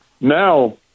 Now